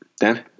Dan